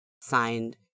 Signed